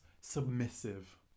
submissive